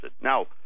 Now